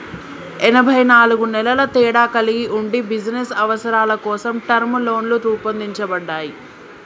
ఎనబై నాలుగు నెలల తేడా కలిగి ఉండి బిజినస్ అవసరాల కోసం టర్మ్ లోన్లు రూపొందించబడ్డాయి